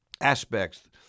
aspects